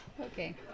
Okay